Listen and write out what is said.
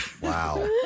Wow